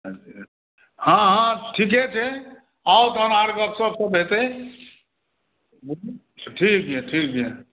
हँ हँ ठीके छै आउ तखन आर गपसपसभ हेतै ठीक यऽ ठीक यऽ